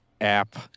app